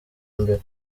imbere